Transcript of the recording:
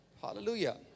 Hallelujah